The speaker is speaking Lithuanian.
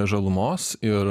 žalumos ir